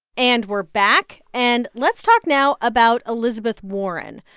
and we're back. and let's talk now about elizabeth warren.